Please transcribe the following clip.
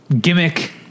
gimmick